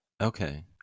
Okay